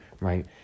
right